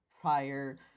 prior